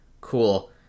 cool